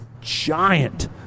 giant